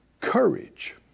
courage